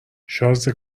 شازده